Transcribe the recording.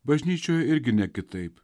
bažnyčioj irgi ne kitaip